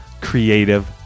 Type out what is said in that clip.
creative